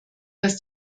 dass